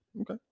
Okay